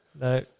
No